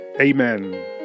amen